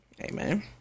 amen